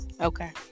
Okay